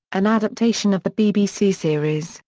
an adaptation of the bbc series,